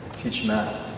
teach math,